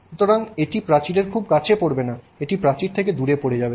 সুতরাং এটি প্রাচীরের খুব কাছে পড়বে না এটি প্রাচীর থেকে দূরে পড়ে যাবে